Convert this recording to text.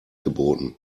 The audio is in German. geboten